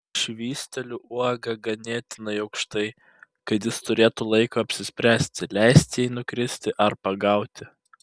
švysteliu uogą ganėtinai aukštai kad jis turėtų laiko apsispręsti leisti jai nukristi ar pagauti